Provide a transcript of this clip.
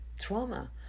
trauma